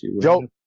Joe